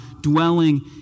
dwelling